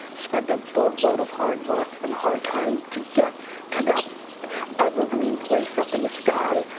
spent a boat load of hard work and hard time to get to that evergreen place up in the sky.